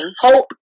hope